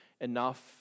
enough